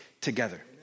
together